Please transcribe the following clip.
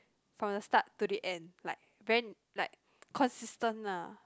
from the start to the end like very like consistent lah